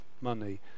money